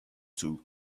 two